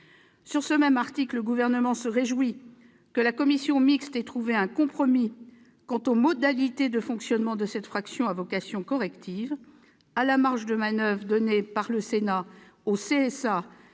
Sur ce même article, le Gouvernement se réjouit que la commission mixte paritaire ait trouvé un compromis quant aux modalités de fonctionnement de cette fraction à vocation corrective : à la marge de manoeuvre donnée par le Sénat au CSA